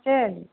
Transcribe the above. சரிங்க